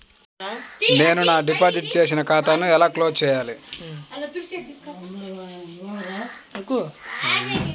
నేను నా డిపాజిట్ చేసిన ఖాతాను ఎలా క్లోజ్ చేయాలి?